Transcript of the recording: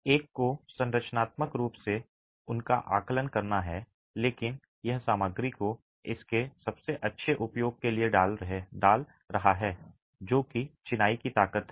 एक को संरचनात्मक रूप से उनका आकलन करना है लेकिन यह सामग्री को इसके सबसे अच्छे उपयोग के लिए डाल रहा है जो कि चिनाई की ताकत है